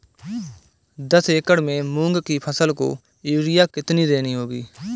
दस एकड़ में मूंग की फसल को यूरिया कितनी देनी होगी?